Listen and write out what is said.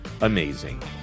amazing